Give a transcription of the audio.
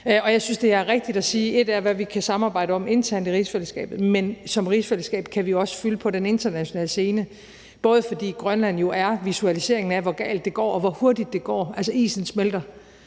Jeg synes, det er rigtigt at sige, at ét er, hvad vi kan samarbejde om internt i rigsfællesskabet, men som rigsfællesskab kan vi også fylde på den internationale scene, både fordi Grønland jo er visualiseringen af, hvor galt det går, og hvor hurtigt det går – altså isen smelter